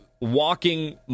walking